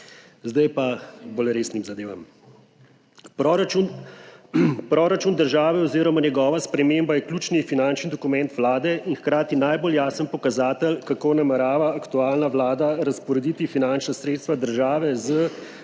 Zdaj pa k bolj resnim zadevam. Proračun države oziroma njegova sprememba je ključni finančni dokument vlade in hkrati najbolj jasen pokazatelj, kako namerava aktualna vlada razporediti finančna sredstva države z,